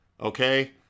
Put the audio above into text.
Okay